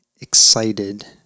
excited